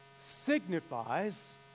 signifies